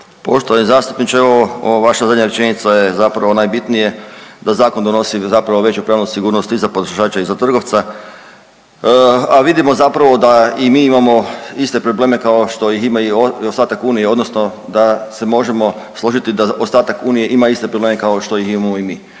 Poštovani zastupniče, ova vaša zadnja rečenica je zapravo najbitnije da zakon donosi veću pravnu sigurnost i za potrošače i za trgovaca, a vidimo da i mi imamo iste probleme kao što ih imaju ostatak Unije odnosno da se možemo složiti da ostatak Unije ima iste probleme kao što ih imamo i mi.